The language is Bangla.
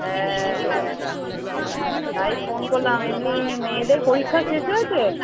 হ্যাঁ তাই ফোন করলাম এমনি মেয়েদের পরীক্ষা শেষ হয়েছে